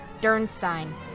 Dernstein